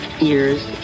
years